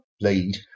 lead